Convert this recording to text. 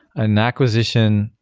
an acquisition,